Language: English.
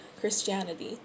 Christianity